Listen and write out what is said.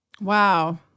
Wow